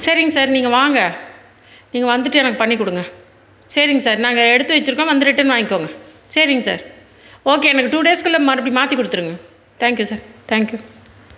சரிங் சார் நீங்கள் வாங்க நீங்கள் வந்துட்டு எனக்கு பண்ணிக்கொடுங்க சரிங் சார் நாங்கள் எடுத்து வச்சிருக்கோம் வந்து ரிட்டன் வாய்ங்கோங்க சரிங் சார் ஓகே எனக்கு டூ டேஸுக்குள்ளே மறுபடி மாற்றி கொடுத்துடுங்க thank you sir thank you